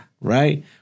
Right